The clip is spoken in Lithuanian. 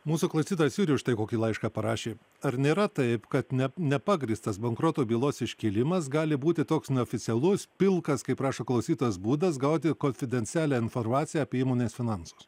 mūsų klausytojas jurijus štai kokį laišką parašė ar nėra taip kad ne nepagrįstas bankroto bylos iškėlimas gali būti toks neoficialus pilkas kaip rašo klausytojas būdas gauti konfidencialią informaciją apie įmonės finansus